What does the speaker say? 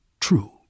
true